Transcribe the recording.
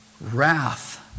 wrath